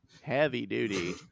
Heavy-duty